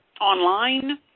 online